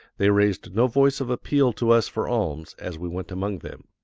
they raised no voice of appeal to us for alms as we went among them.